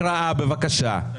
הקראה בבקשה.